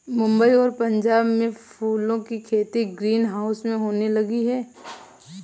मुंबई और पंजाब में फूलों की खेती ग्रीन हाउस में होने लगी है